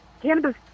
cannabis